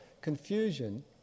confusion